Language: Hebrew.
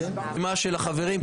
רשימת החברים.